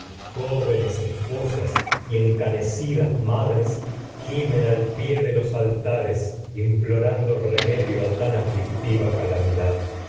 jóvenes esposas los altares encanecidas madres gimen al pie de implorando remedio a tan aflictiva calami